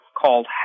called